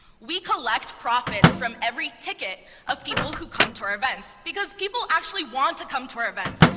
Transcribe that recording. we collect profits from every ticket of people who come to our events because people actually want to come to our events.